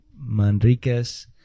Manriquez